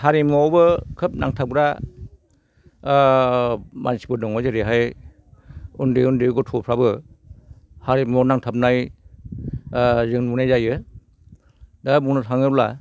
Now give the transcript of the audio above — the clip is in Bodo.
हारिमुवावबो खोब नांथाबाग्रा मानसिफोर दं जेरैहाय उन्दै उन्दै गथ'फ्राबो हारिमुवाव नांथाबानाय जों नुनाय जायो दा बुंनो थाङोब्ला